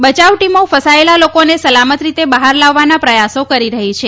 બચાવ ટીમો ફસાથેલા લોકોને સલામત રીતે બહાર લાવવાના પ્રથાસો કરી રહી છે